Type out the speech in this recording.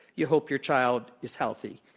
you hope your child is healthy.